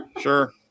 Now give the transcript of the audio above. sure